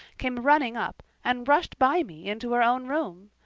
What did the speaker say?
came running up, and rushed by me into her own room.